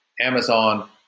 Amazon